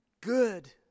good